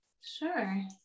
sure